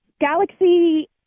Galaxy